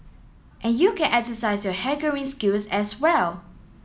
and you can exercise your haggling skills as well